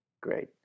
Great